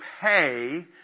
pay